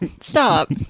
Stop